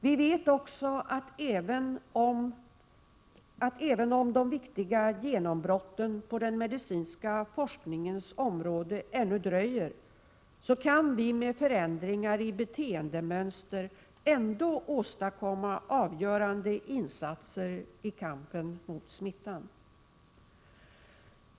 Vi vet också, att även om de viktiga genombrotten på den medicinska forskningens område ännu dröjer, kan förändringar i beteendemönster ändå åstadkomma avgörande insatser i kampen mot smittan.